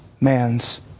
man's